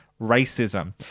racism